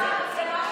שרן,